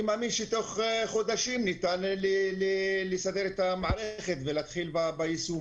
ההערה של המשטרה מתפרצת לדלת פתוחה.